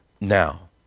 now